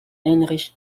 heinrich